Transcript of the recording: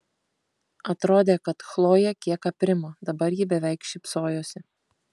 atrodė kad chlojė kiek aprimo dabar ji beveik šypsojosi